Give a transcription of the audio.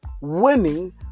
Winning